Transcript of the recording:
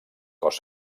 cos